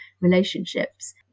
relationships